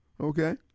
okay